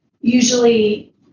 usually